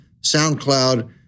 SoundCloud